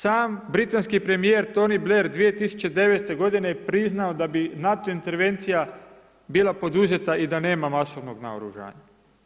Sam britanski premijer Tony Blair, 2009. godine je priznao da bi NATO intervencija bila poduzeta i da nema masovnog naoružanja.